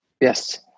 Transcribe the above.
Yes